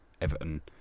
Everton